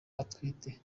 ntwite